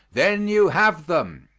then you have them.